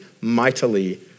mightily